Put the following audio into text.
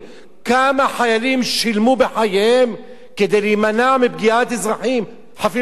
כמה חיילים שילמו בחייהם כדי להימנע מפגיעה באזרחים חפים מפשע?